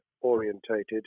orientated